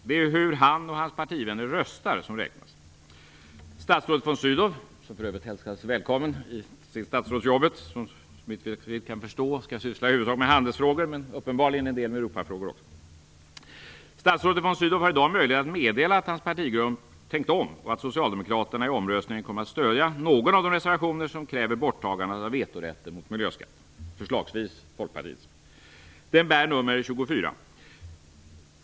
Det är hur han och hans partivänner röstar som räknas. Statsrådet von Sydow - som för övrigt hälsas välkommen till statsrådsjobbet, där han såvitt jag förstår skall syssla i huvudsak med handelsfrågor men uppenbarligen också en del med Europafrågor - har i dag möjlighet att meddela att hans partigrupp tänkt om och att Socialdemokraterna i omröstningen kommer att stödja någon av de reservationer som kräver ett borttagande av vetorätten mot miljöskatter - förslagsvis Folkpartiets. Den bär nummer 24.